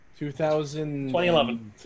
2011